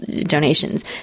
donations